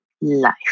life